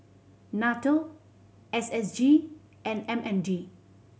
NATO S S G and M N D